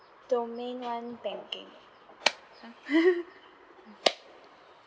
domain one banking